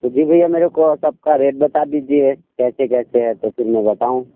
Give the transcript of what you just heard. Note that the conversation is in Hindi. जी भैया मेरे को सबका रेट बता दीजिए कैसे कैसे है तो फिर मैं बताऊँ